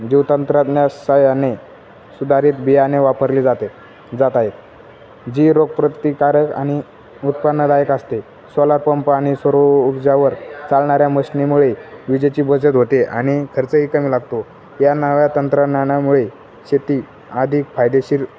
जीवतंत्रज्ञा साहाया्ने सुधारित बियाणे वापरली जाते जात आहेत जी रोगप्रतिकारक आणि उत्पन्नदायक असते सोलार पंप आणि सौर उर्जेवर चालणाऱ्या मशनीमुळे विजेची बचत होते आणि खर्चही कमी लागतो या नव्या तंत्रज्ञानामुळे शेती आधिक फायदेशीर